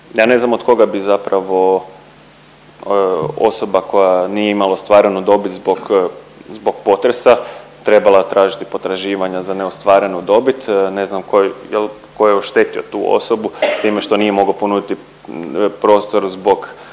Ja ne znam od koga bih zapravo osoba koja nije imala ostvarenu dobit zbog potresa trebala tražiti potraživanja za neostvarenu dobit. Ne znam tko je oštetio tu osobu time što nije mogao ponuditi prostor zbog nekakve